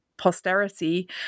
posterity